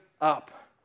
up